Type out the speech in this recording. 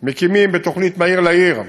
מקימים בתוכנית "מהיר לעיר"